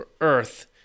earth